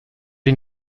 den